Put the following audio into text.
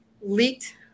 leaked